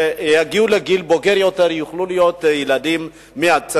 כשיגיעו לגיל בוגר יותר הם יוכלו להיות אזרחים מייצרים,